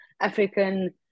African